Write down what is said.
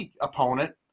opponent